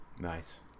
Nice